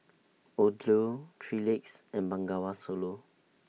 Odlo three Legs and Bengawan Solo